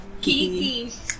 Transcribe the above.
Kiki